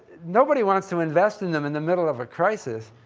nobody wants to invest in them in the middle of a crisis.